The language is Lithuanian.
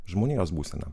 žmonijos būseną